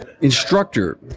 instructor